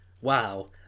wow